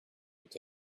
could